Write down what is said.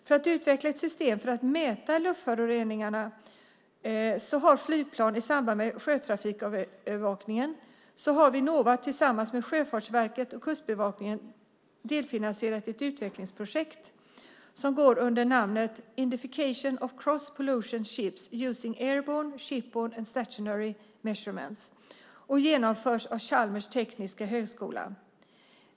För att utveckla ett system för att mäta luftföroreningar från flygplan i samband med sjötrafikövervakning har Vinnova tillsammans med Sjöfartsverket och Kustbevakningen delfinansierat ett utvecklingsprojekt, som går under namnet Identification of Gross Polluting Ships using airborne, shipborne and stationary measurements och genomförs av Chalmers tekniska högskola.